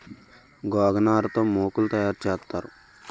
గోగనార తో మోకులు తయారు సేత్తారు